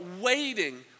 waiting